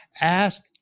Ask